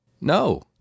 No